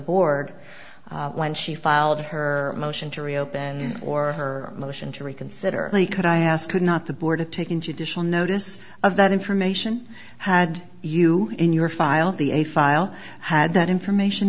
board when she filed her motion to reopen or motion to reconsider they could i ask could not the board have taken judicial notice of that information had you in your filed the a file had that information